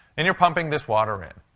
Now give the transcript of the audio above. and you're pumping this water in.